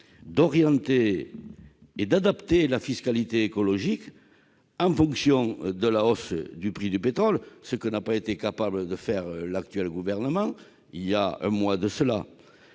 d'orienter et d'adapter la fiscalité écologique en fonction de la hausse du prix du pétrole, ce que n'a pas été capable de faire l'actuel gouvernement il y a un mois, et